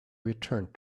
returned